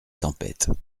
tempête